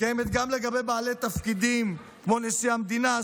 קיימת גם לגבי בעלי תפקידים כמו נשיא המדינה,